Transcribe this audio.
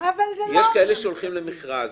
יש כאלה שהולכים למכרז.